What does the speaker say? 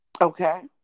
Okay